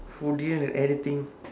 who didn't have anything